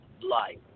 life